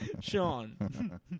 Sean